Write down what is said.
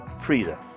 Frida